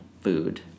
food